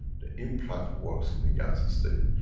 the implant works in a gans-state,